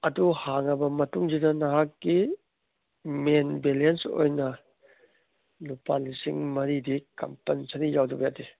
ꯑꯗꯨ ꯍꯥꯡꯉꯕ ꯃꯇꯨꯡꯁꯤꯗ ꯅꯍꯥꯛꯀꯤ ꯃꯦꯟ ꯕꯦꯂꯦꯟꯁ ꯑꯣꯏꯅ ꯂꯨꯄꯥ ꯂꯤꯁꯤꯡ ꯃꯔꯤꯗꯤ ꯀꯝꯄꯜꯁꯔꯤ ꯌꯥꯎꯗꯕ ꯌꯥꯗꯦ